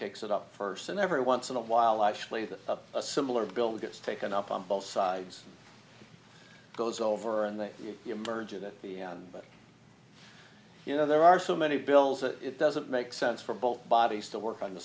takes it up first and every once in a while actually a similar bill gets taken up on both sides goes over and they emerge at the end but you know there are so many bills that it doesn't make sense for both bodies to work on the